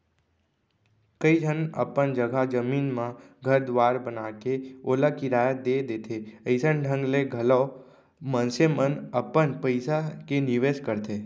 कइ झन अपन जघा जमीन म घर दुवार बनाके ओला किराया दे देथे अइसन ढंग ले घलौ मनसे मन अपन पइसा के निवेस करथे